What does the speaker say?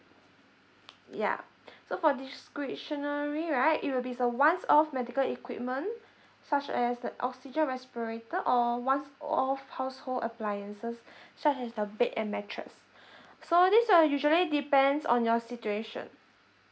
yeah so for discretionary right it will be a one off medical equipment such as the oxygen respirator or once off household appliances such as the bed and mattress so these are usually depends on your situation